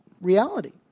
reality